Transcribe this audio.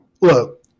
look